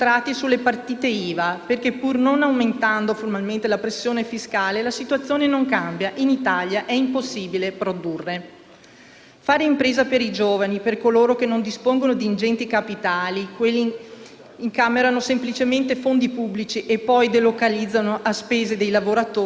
Fare impresa per i giovani, per coloro che non dispongono di ingenti capitali (quelli incamerano semplicemente fondi pubblici e poi delocalizzano a spese dei lavoratori) significa sempre e ancora dare allo Stato, a conti fatti, oltre il 50 per cento di ciò che si dichiara, senza alcuna tutela che possa